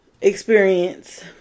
experience